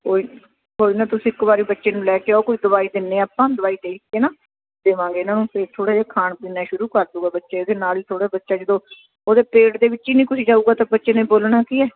ਓਏ ਕੋਈ ਨਾ ਤੁਸੀਂ ਇੱਕ ਵਾਰ ਬੱਚੇ ਨੂੰ ਲੈ ਕੇ ਆਓ ਕੋਈ ਦਵਾਈ ਦਿੰਦੇ ਹਾਂ ਆਪਾਂ ਦਵਾਈ ਦੇਖ ਕੇ ਨਾ ਦੇਵਾਂਗੇ ਇਹਨਾਂ ਨੂੰ ਫਿਰ ਥੋੜ੍ਹਾ ਜਿਹਾ ਖਾਣ ਪੀਣਾ ਸ਼ੁਰੂ ਕਰ ਦੂਗਾ ਬੱਚੇ ਦੇ ਨਾਲ ਹੀ ਥੋੜ੍ਹਾ ਬੱਚੇ ਜਦੋਂ ਉਹਦੇ ਪੇਟ ਦੇ ਵਿੱਚ ਹੀ ਨਹੀਂ ਕੁਝ ਜਾਊਗਾ ਤਾਂ ਬੱਚੇ ਨੇ ਬੋਲਣਾ ਕੀ ਆ